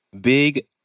Big